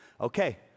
Okay